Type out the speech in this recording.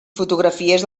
fotografies